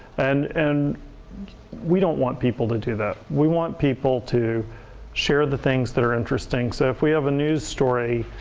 and and we don't want people to do that. we want people to share the things that are interesting, so if we have a news story